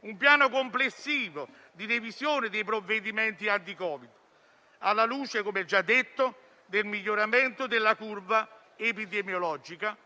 un piano complessivo di revisione dei provvedimenti anti-Covid, alla luce - come già detto - del miglioramento della curva epidemiologica